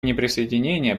неприсоединения